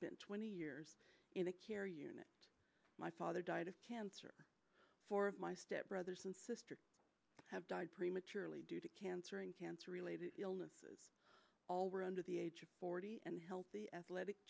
spent twenty years in a care unit my father died of cancer for my step brothers and sisters have died prematurely due to cancer and cancer related illnesses all were under the age of forty and healthy athletic